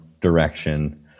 direction